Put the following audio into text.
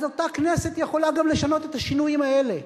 אז אותה כנסת יכולה גם לשנות את השינויים האלה.